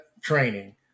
training